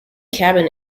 cabin